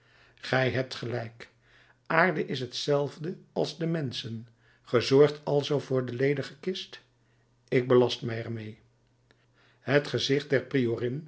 gij hebt gelijk aarde is hetzelfde als de mensen ge zorgt alzoo voor de ledige kist ik belast er mij mede het gezicht der